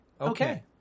Okay